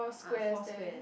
ah four square